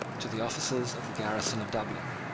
to the officers of the garrison of dublin.